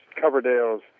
Coverdale's